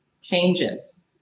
changes